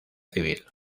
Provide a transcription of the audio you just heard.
civil